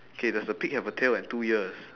okay does the pig have a tail and two ears